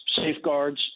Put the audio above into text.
safeguards